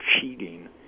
cheating